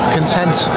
content